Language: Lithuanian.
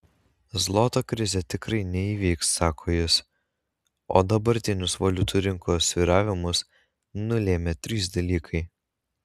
zloto krizė tikrai neįvyks sako jis o dabartinius valiutų rinkos svyravimus nulėmė trys dalykai